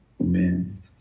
Amen